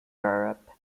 europe